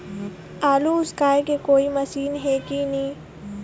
आलू उसकाय के कोई मशीन हे कि नी?